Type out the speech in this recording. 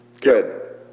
Good